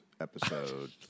episode